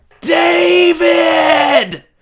David